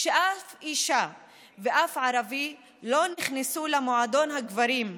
כשאף אישה ואף ערבי לא נכנסו למועדון הגברים,